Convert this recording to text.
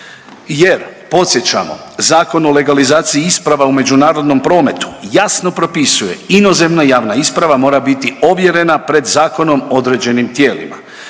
jer podsjećamo Zakon o legalizaciji isprava u međunarodnom prometu jasno propisuje, inozemna javna isprava mora biti ovjerena pred zakonom određenim tijelima.